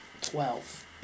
Twelve